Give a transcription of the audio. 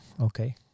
Okay